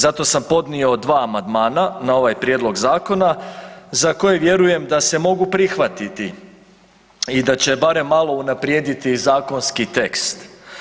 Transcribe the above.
Zato sam podnio dva amandmana na ovaj prijedlog zakona za kojeg vjerujem da se mogu prihvatiti i da će barem malo unaprijediti zakonski tekst.